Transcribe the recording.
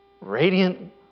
Radiant